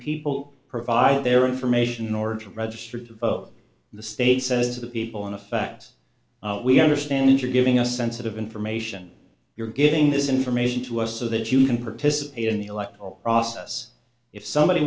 people provide their information in order to register to vote the state says to the people in a fax we understand you're giving us sensitive information you're getting this information to us so that you can participate in the electoral process if somebody